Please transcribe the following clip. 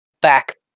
back